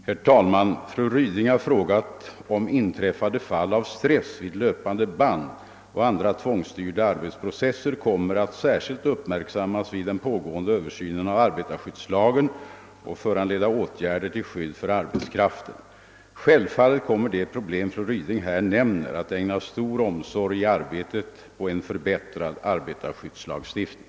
Herr talman! Fru Ryding har frågat, om inträffade fall av stress vid löpande band och andra tvångsstyrda arbetsprocesser kommer att särskilt uppmärksammas vid den pågående översynen av arbetarskyddslagen och föranleda åtgärder till skydd för arbetskraften. Självfallet kommer de problem fru Ryding här nämner att ägnas stor omsorg i arbetet på en förbättrad arbetarskyddslagstiftning.